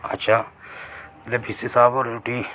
अच्छा जेल्लै B C साहब होरें रुट्टी